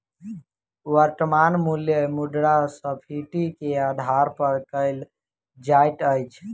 वर्त्तमान मूल्य मुद्रास्फीति के आधार पर कयल जाइत अछि